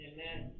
Amen